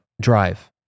drive